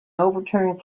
overturned